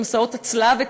את מסעות הצלב,